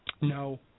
No